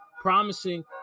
promising